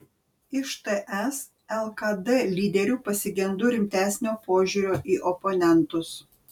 iš ts lkd lyderių pasigendu rimtesnio požiūrio į oponentus